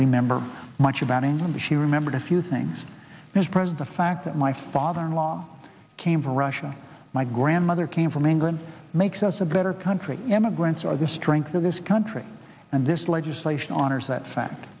remember much about him going to she remembered a few things as pres the fact that my father in law came from russia my grandmother came from england makes us a better country immigrants are the strength of this country and this legislation honors that fact